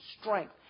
strength